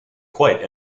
quite